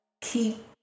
keep